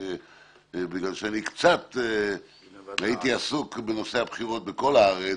בגלל שאני קצת הייתי עסוק בנושא הבחירות בכל הארץ.